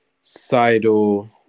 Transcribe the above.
Seidel